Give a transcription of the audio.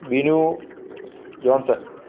Binu Johnson